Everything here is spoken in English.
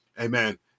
Amen